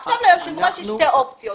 עכשיו ליושב ראש יש שתי אופציות,